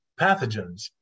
pathogens